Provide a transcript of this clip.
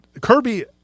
Kirby